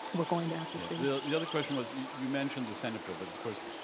we're going to have to see. the the other question was you mentioned the senate bill, but of course,